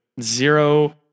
zero